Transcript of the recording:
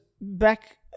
back